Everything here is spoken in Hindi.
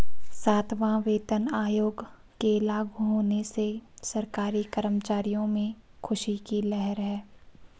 सातवां वेतन आयोग के लागू होने से सरकारी कर्मचारियों में ख़ुशी की लहर है